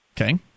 Okay